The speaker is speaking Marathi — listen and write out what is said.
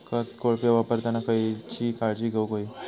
खत कोळपे वापरताना खयची काळजी घेऊक व्हयी?